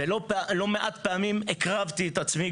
לא מעט פעמים גם הקרבתי את עצמי,